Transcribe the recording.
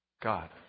God